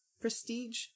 Prestige